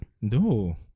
No